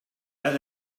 but